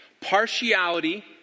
Partiality